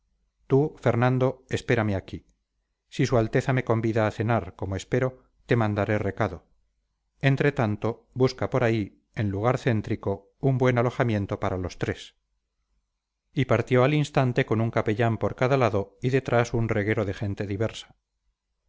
tú fernando espérame aquí si su alteza me convida a cenar como espero te mandaré recado entre tanto busca por ahí en lugar céntrico un buen alojamiento para los tres y partió al instante con un capellán por cada lado y detrás un reguero de gente diversa